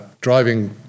driving